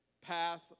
path